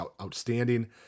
outstanding